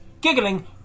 Giggling